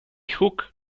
hook